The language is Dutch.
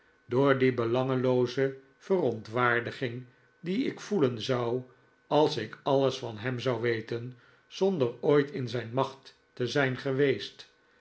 door die belangelooze verontwaardiging die ik voelen zou als ik alles van hem zou weten zonder ooit in zijn macht te zijn geweest